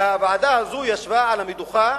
והוועדה הזאת ישבה על המדוכה